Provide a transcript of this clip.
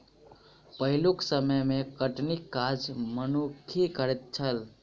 पहिलुक समय मे कटनीक काज मनुक्खे करैत छलै